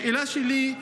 השאלה שלי היא,